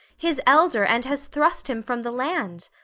his elder, and has thrust him from the land.